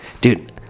Dude